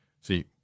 See